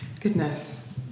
Goodness